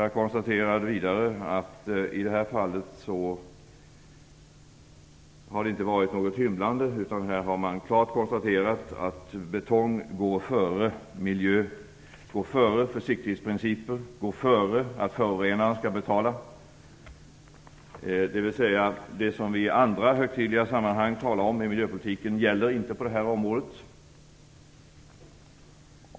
Jag konstaterar vidare att det i det här fallet inte har varit något hymlande, utan man har klart konstaterat att betong går före miljö, före försiktighetsprinciper och före principen att förorenaren skall betala. Det som vi i andra högtidliga sammanhang talar om i miljöpolitiken gäller alltså inte på det här området.